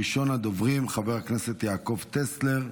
ראשון הדוברים, חבר הכנסת יעקב טסלר,